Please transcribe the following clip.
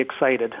excited